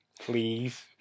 Please